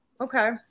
Okay